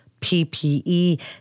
PPE